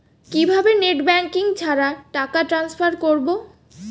কিভাবে net banking ছাড়া টাকা টান্সফার করব?